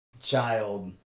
child